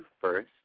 first